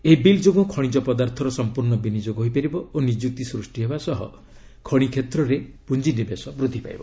ଏହି ବିଲ୍ ଯୋଗୁଁ ଖଣିଜ ପଦାର୍ଥର ସମ୍ପର୍ଣ୍ଣ ବିନିଯୋଗ ହୋଇପାରିବ ଓ ନିଯୁକ୍ତି ସୂଷ୍ଟି ହେବା ସହ ଖଣି କ୍ଷେତ୍ରରେ ପୁଞ୍ଜିନିବେଶ ବୃଦ୍ଧି ପାଇବ